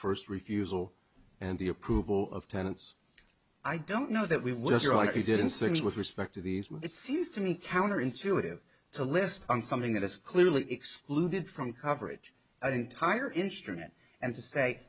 first refusal and the approval of tenants i don't know that we will surely didn't sit with respect to these it seems to me counterintuitive to list on something that is clearly excluded from coverage an entire instrument and to say